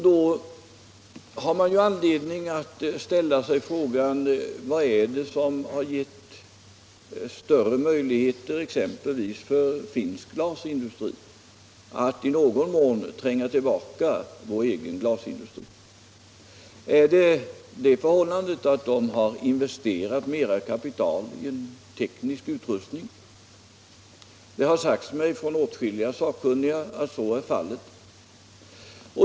Då har man anledning ställa sig frågan: Vad är det som har givit exempelvis finsk glasindustri möjlighet att i någon mån tränga tillbaka vår egen glasindustri? Är det det förhållandet att den har använt mera kapital för teknisk utrustning? Det har sagts mig från åtskilliga sakkunniga att så är fallet.